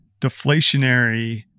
deflationary